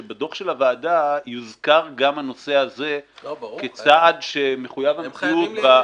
שבדוח של הוועדה יוזכר גם הנושא הזה כצעד שמחויב המציאות.